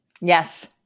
Yes